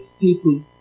people